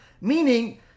Meaning